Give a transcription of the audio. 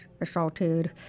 assaulted